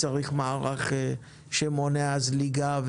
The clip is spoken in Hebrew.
צריך מערך שמונע זליגה,